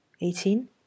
eighteen